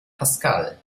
pascal